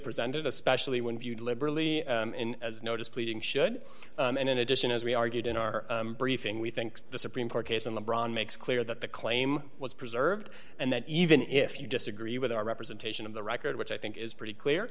presented especially when viewed liberally as notice pleading should and in addition as we argued in our briefing we think the supreme court case in the brand makes clear that the claim was preserved and that even if you disagree with our representation of the record which i think is pretty clear